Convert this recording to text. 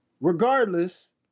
Regardless